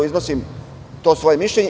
Iznosim svoje mišljenje.